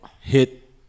hit